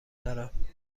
دارم